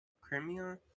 Crimea